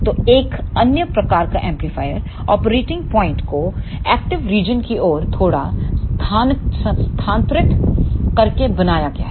तो एक अन्य प्रकार का एम्पलीफायर ऑपरेटिंग प्वाइंट को एक्टिव रीजन की ओर थोड़ा स्थानांतरित करके बनाया गया है